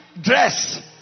dress